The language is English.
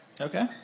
Okay